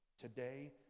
today